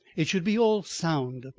it should be all sound,